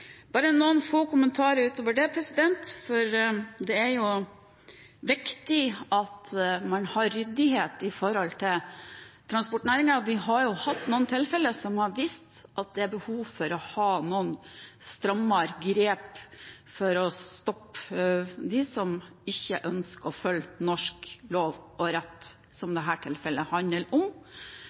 Bare noen få kommentarer utover det. Det er viktig at man har ryddighet i transportnæringen. Vi har jo hatt noen tilfeller som har vist at det er behov for å ha noe strammere grep for å stoppe dem som ikke ønsker å følge norsk lov og rett, som denne saken handler om.